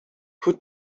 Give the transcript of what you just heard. put